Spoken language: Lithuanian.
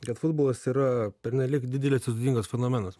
kad futbolas yra pernelyg didelis sudėtingas fenomenas